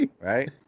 right